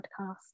podcast